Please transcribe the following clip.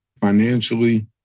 financially